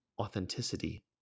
Authenticity